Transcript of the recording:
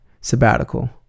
sabbatical